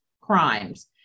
crimes